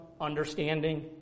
understanding